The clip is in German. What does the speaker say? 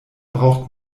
braucht